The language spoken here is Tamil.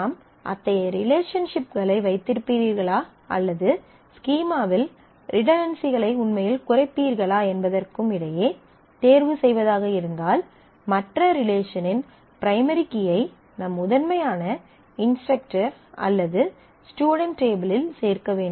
நாம் அத்தகைய ரிலேஷன்ஷிப்களை வைத்திருப்பீர்களா அல்லது ஸ்கீமாவில் ரிடன்டன்சிகளை உண்மையில் குறைப்பீர்களா என்பதற்கும் இடையே தேர்வு செய்வதாக இருந்தால் மற்ற ரிலேஷனின் பிரைமரி கீயை நம் முதன்மையான இன்ஸ்டரக்டர் அல்லது ஸ்டுடென்ட் டேபிளில் சேர்க்க வேண்டும்